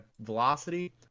velocity